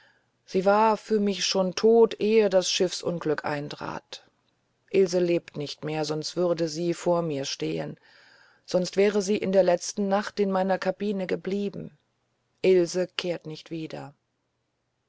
sie war für mich schon tot ehe das schiffsunglück eintrat ilse lebt nicht mehr sonst würde sie vor mir stehen sonst wäre sie in der letzten nacht in meiner kabine geblieben ilse kehrt nicht wieder